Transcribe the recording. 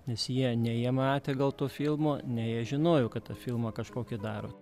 nes jie nei jie matė gal to filmo nei žinojau kad tą filmą kažkokį daro